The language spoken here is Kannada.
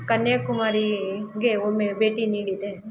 ಕನ್ಯಾಕುಮಾರಿಗೆ ಒಮ್ಮೆ ಭೇಟಿ ನೀಡಿದ್ದೆ